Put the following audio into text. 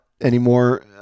anymore